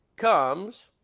comes